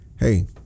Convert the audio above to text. Hey